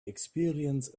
experience